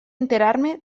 enterarme